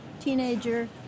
teenager